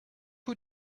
who